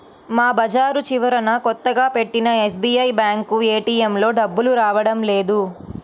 మా బజారు చివరన కొత్తగా పెట్టిన ఎస్బీఐ బ్యేంకు ఏటీఎంలో డబ్బులు రావడం లేదు